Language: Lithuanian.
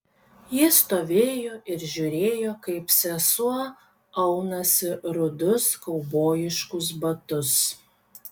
ji stovėjo ir žiūrėjo kaip sesuo aunasi rudus kaubojiškus batus